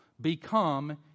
become